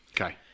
Okay